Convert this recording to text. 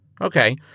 Okay